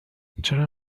چرا